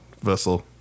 vessel